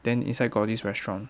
then inside got this restaurant